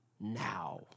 now